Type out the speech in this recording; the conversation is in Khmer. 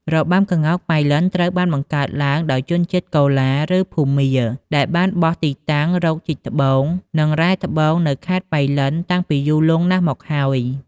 របាំក្ងោកប៉ៃលិន ត្រូវបានបង្កើតឡើងដោយ ជនជាតិកូឡា ឬភូមា ដែលបានបោះទីតាំងរកជីកត្បូង និងរែងត្បូង នៅខេត្តប៉ៃលិន តាំងពីយូរលង់ណាស់មកហើយ។